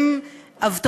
שלי, זאת פעם שנייה.